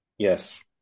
Yes